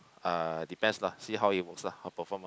uh depends lah see how it works lah her perform ah